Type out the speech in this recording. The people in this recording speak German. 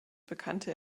bekannte